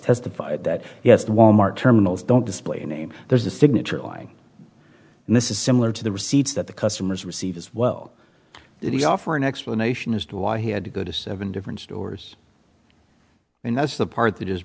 testified that yes the wal mart terminals don't display name there's a signature lying and this is similar to the receipts that the customers receive as well that he offer an explanation as to why he had to go to seven different stores and that's the part that